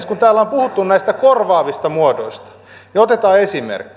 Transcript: kun täällä on puhuttu näistä korvaavista muodoista niin otetaan esimerkki